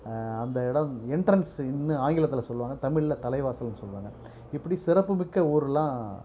அந்த இடம் என்ட்ரன்ஸ் இன்னும் ஆங்கிலத்தில் சொல்லுவாங்க தமிழில் தலைவாசல்னு சொல்லுவாங்க இப்படி சிறப்பு மிக்க ஊருலாம்